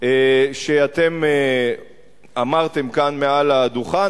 שאתם אמרתם כאן מעל הדוכן,